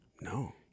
No